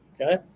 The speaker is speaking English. Okay